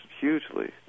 hugely